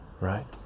right